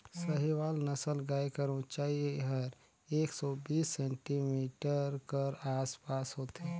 साहीवाल नसल गाय कर ऊंचाई हर एक सौ बीस सेमी कर आस पास होथे